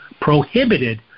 prohibited